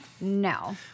No